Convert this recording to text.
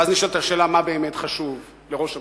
ואז נשאלת השאלה, מה באמת חשוב לראש הממשלה,